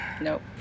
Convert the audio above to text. Nope